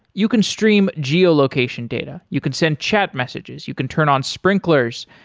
you can stream geo-location data, you can send chat messages, you can turn on sprinklers,